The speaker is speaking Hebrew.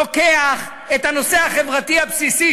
לוקח את הנושא החברתי הבסיסי,